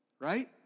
right